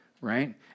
right